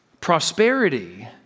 Prosperity